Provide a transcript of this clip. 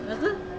lepas tu